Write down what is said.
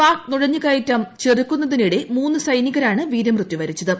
പാക് നുഴഞ്ഞ കയറ്റം ചെറുക്കുന്നതിനിടെ മൂന്ന് സൈന്റിക്കുാണ് വീരമൃത്യു വരിച്ചത്